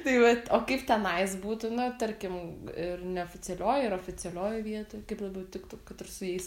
tai vat o kaip tenais būtų na tarkim ir neoficialioj ir oficialioj vietoj kaip labiau tiktų kad ir su jais